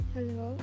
Hello